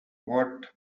what